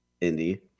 Indy